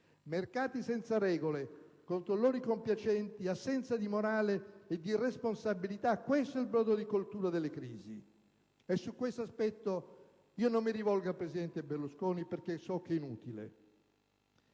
Mercati senza regole, controllori compiacenti, assenza di morale e di responsabilità: questo è il brodo di coltura delle crisi. Su tale aspetto non mi rivolgo al presidente Berlusconi, perché se so che è inutile;